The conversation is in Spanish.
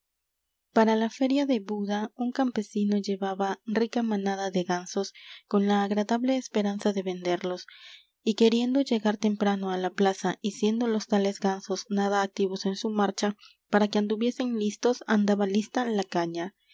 para la feria de buda un campesino llevaba rica manada de gansos con la agradable esperanza de venderlos y queriendo llegar temprano á la plaza y siendo los tales gansos nada activos en su marcha para que anduviesen listos andaba lista la caña